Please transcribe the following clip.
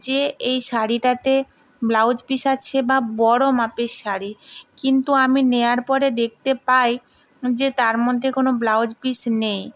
যে এই শাড়িটাতে ব্লাউজ পিস আছে বা বড়ো মাপের শাড়ি কিন্তু আমি নেওয়ার পরে দেখতে পাই যে তার মধ্যে কোন ব্লাউজ পিস নেই